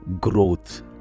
growth